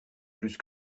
plus